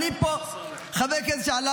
אני אסיים לפני כן.